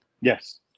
Yes